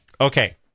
Okay